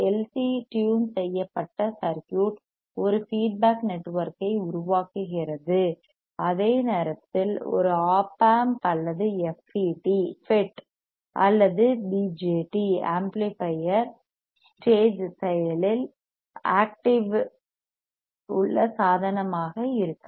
C tune செய்யப்பட்ட circuit ஒரு feedback நெட்வொர்க்கை உருவாக்குகிறது அதே நேரத்தில் ஒரு ஒப் ஆம்ப் அல்லது எஃப்இடி FET அல்லது பிஜேடி BJT ஆம்ப்ளிபையர் ஸ்டேஜ் செயலில் ஆக்டிவ் உள்ள சாதனமாக இருக்கலாம்